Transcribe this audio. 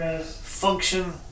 function